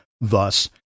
Thus